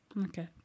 Okay